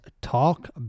talk